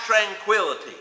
tranquility